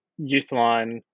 Youthline